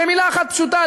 במילה אחת פשוטה,